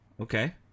okay